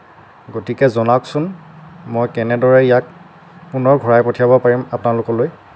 গতিকে জনাওকচোন মই কেনেদৰে ইয়াক পুনৰ ঘূৰাই পঠিয়াব পাৰিম আপোনালোকলৈ